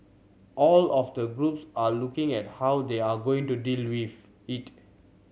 all of the groups are looking at how they are going to deal with it